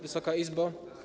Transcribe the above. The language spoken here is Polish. Wysoka Izbo!